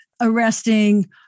arresting